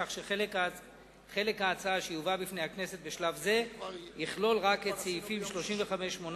כך שחלק ההצעה שיובא בפני הכנסת בשלב זה יכלול רק את סעיפים 35(18)